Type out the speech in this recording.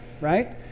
right